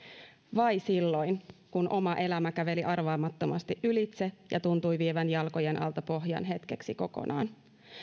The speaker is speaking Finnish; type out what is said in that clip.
vai silloin kun oma elämä käveli arvaamattomasti ylitse ja tuntui vievän jalkojen alta pohjan hetkeksi kokonaan